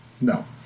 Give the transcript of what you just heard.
No